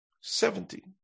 Seventy